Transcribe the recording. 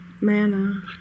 mana